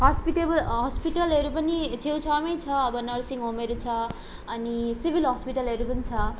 hospitable हस्पिटलहरू पनि छेउछाउमै छ अब नर्सिङ होमहरू छ अनि सिविल हस्पिटलहरू पनि छ